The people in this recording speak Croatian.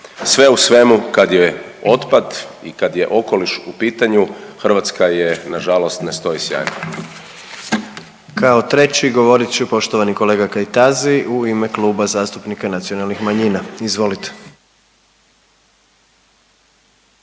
Sve u svemu kad je otpad i kad je okoliš u pitanju Hrvatska je nažalost ne stoji sjajno. **Jandroković, Gordan (HDZ)** Kao treći govorit će poštovani kolega Kajtazi u ime Kluba zastupnika nacionalnih manjina. Izvolite.